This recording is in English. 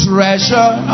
Treasure